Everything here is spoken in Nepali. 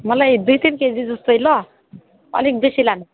मलाई दुई तिन केजी जस्तो ल अलिक बेसी लानुपर्ने